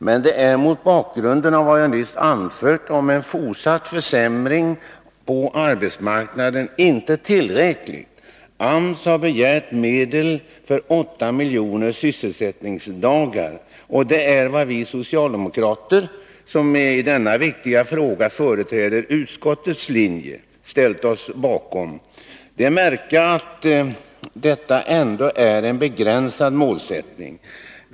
Men det är, mot bakgrund av vad jag nyss anfört om en fortsatt försämring på arbetsmarknaden, inte tillräckligt. AMS har begärt medel för 8 miljoner sysselsättningsdagar, och det är vad vi socialdemokrater — som i denna viktiga fråga företräder utskottets linje — ställt oss bakom. Det är att märka att detta ändå är en begränsad målsättning.